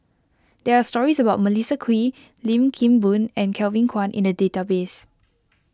there are stories about Melissa Kwee Lim Kim Boon and Kevin Kwan in the database